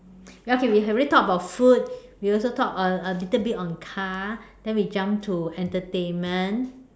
okay we already talk about food we also talk a a little bit on car then we jump to entertainment